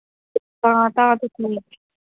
हां तां ते ठीक